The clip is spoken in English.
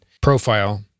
profile